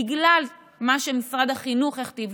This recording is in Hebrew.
בגלל מה שמשרד החינוך הכתיב,